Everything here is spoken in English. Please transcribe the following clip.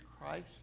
Christ